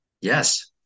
yes